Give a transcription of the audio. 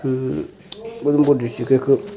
Udhampur district इक